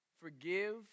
Forgive